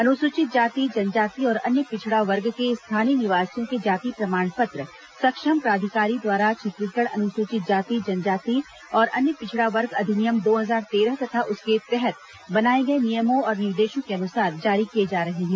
अनुसूचित जाति जनजाति और अन्य पिछड़ा वर्ग के स्थानीय निवासियों के जाति प्रमाण पत्र सक्षम प्राधिकारी द्वारा छत्तीसगढ़ अनुसूचित जाति जनजाति और अन्य पिछड़ा वर्ग अधिनियम दो हजार तेरह तथा उसके तहत बनाए गए नियमों और निर्देशों के अनुसार जारी किए जा रहे हैं